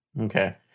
Okay